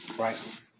Right